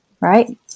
right